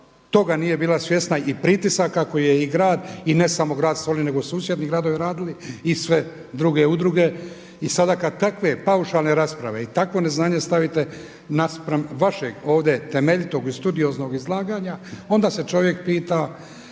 toga nije bila svjesna i pritisaka koji je i grad i ne samo grad Solin, nego susjedni gradovi radili i sve druge udruge. I sada kad takve paušalne rasprave i takvo neznanje stavite naspram vašeg ovdje temeljitog i studioznog izlaganja, onda se čovjek pita